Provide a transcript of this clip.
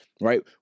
right